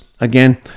Again